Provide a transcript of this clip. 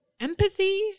empathy